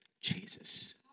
Jesus